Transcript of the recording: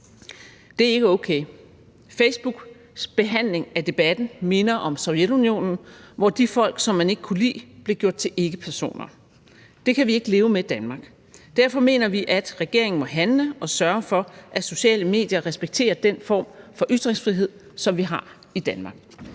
Det er ikke okay. Facebooks behandling af debatten minder om Sovjetunionens, hvor de folk, man ikke kunne lide, blev gjort til ikkepersoner. Det kan vi ikke leve med i Danmark. Derfor mener vi, at regeringen må handle og sørge for, at sociale medier respekterer den form for ytringsfrihed, som vi har i Danmark.